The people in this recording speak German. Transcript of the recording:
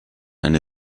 eine